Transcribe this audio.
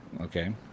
Okay